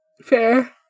Fair